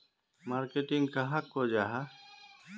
Marketing कहाक को जाहा?